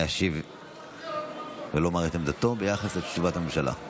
להשיב ולומר את עמדתו ביחס לתשובת הממשלה.